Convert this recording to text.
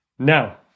Now